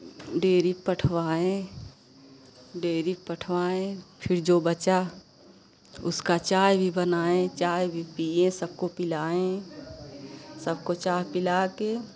dairy पठवाए dairy पठवाए फिर जो बचा उसका चाय भी बनाए चाय भी पिए सबको पिलाएँ सबको चाय पिला कर